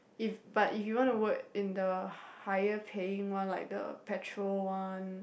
if but if you want to work in the higher paying one like the petrol one